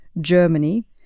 Germany